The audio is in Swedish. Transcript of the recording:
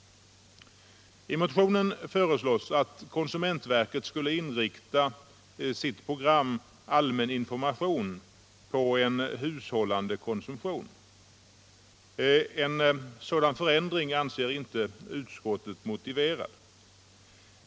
I motionen föreslås att konsumentverket skall inrikta sitt program All män information på en hushållande konsumtion. En sådan förändring anser inte utskottet motiverad.